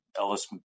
Ellis